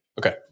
Okay